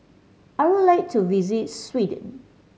I would like to visit Sweden